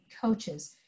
coaches